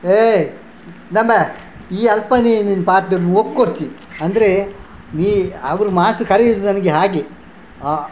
ಹೇ ಇಂದಂಬೆ ಈ ಅಲ್ಪ ಏನೇನು ಪಾತೆರ್ನು ಒಕ್ಕೊರ್ಚಿ ಅಂದ್ರೆ ಈ ಅವರು ಮಾಸ್ಟ್ರು ಕರೆಯೋದು ನನಗೆ ಹಾಗೆ